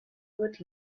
would